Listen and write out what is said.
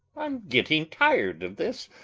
i'm getting tired of this.